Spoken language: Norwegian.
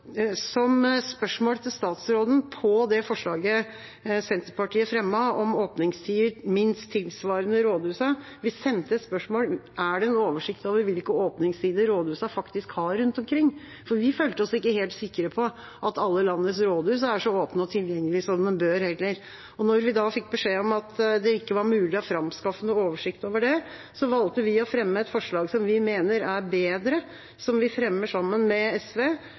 forslaget Senterpartiet fremmet om åpningstider minst tilsvarende rådhuset, sendte vi et spørsmål til statsråden om det fantes en oversikt over hvilke åpningstider rådhusene faktisk har rundt omkring, for vi følte oss ikke helt sikre på at alle landets rådhus var så åpne og tilgjengelige som de burde være, heller. Når vi da fikk beskjed om at det ikke var mulig å framskaffe en oversikt over det, valgte vi å fremme et forslag som vi mener er bedre, og som vi fremmer sammen med SV: